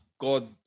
God